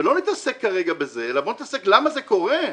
ולא נתעסק כרגע בזה, אלא בוא נתעסק בלמה זה קורה.